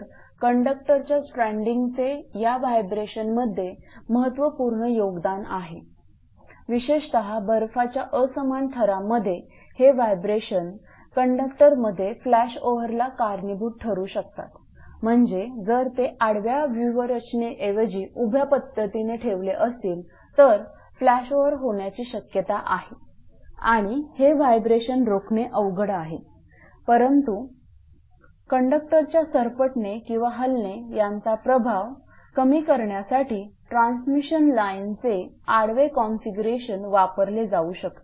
तर कंडक्टरच्या स्ट्रेन्डिंगचे या व्हायब्रेशनमध्ये महत्त्वपूर्ण योगदान आहे विशेषत बर्फाच्या असमान थरांमध्ये हे व्हायब्रेशन कंडक्टरमध्ये फ्लॅशओव्हरला कारणीभूत ठरू शकतात म्हणजे जर ते आडव्या व्यूहरचनाऐवजी उभ्या पद्धतीने ठेवलेले असतील तर फ्लॅशओव्हर होण्याची शक्यता आहे आणि हे व्हायब्रेशन रोखणे अवघड आहे परंतु कंडक्टरच्या सरपटणे किंवा हलने याचा प्रभाव कमी करण्यासाठी ट्रान्समिशन लाईनचे आडवे कॉन्फिगरेशन वापरले जाऊ शकते